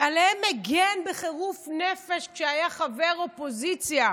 שעליהם הגן בחירוף נפש כשהיה חבר אופוזיציה,